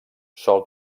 sol